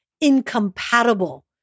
incompatible